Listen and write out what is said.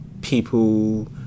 people